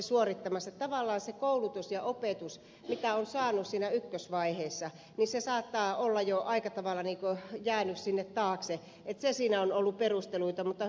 tavallaan se koulutus ja opetus mitä on saanut siinä ykkösvaiheessa saattaa olla jo aika tavalla jäänyt taakse se siinä on ollut perusteluna